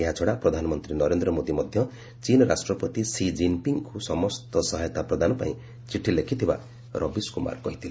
ଏହାଛଡ଼ା ପ୍ରଧାନମନ୍ତ୍ରୀ ନରେନ୍ଦ୍ର ମୋଦି ମଧ୍ୟ ଚୀନ୍ ରାଷ୍ଟ୍ରପତି ଷି ଜିନ୍ପିଙ୍ଗ୍ଙ୍କୁ ସମସ୍ତ ସହାୟତା ପ୍ରଦାନ ପାଇଁ ଚିଠି ଲେଖିଥିବା ରବୀଶ୍ କୁମାର କହିଥିଲେ